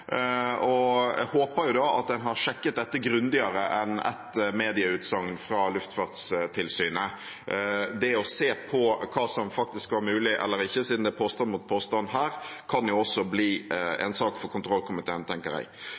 og jeg håper jo at en har sjekket dette grundigere enn via ett medieutsagn fra Luftfartstilsynet. Det å se på hva som faktisk var mulig eller ikke, siden det er påstand mot påstand her, kan også bli en sak for kontrollkomiteen, tenker jeg.